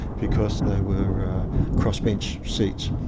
because they were cross-bench seats,